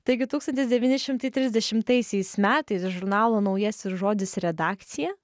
taigi tūkstantis devyni šimtai trisdešimtaisiais metais žurnalo naujasis žodis redakcija